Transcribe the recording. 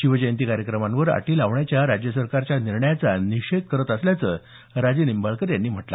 शिवजयंती कार्यक्रमांवर अटी लावण्याच्या राज्य सरकारच्या निर्णयाचा निषेध करत असल्याचं राजेनिंबाळकर यांनी सांगितलं